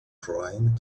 trying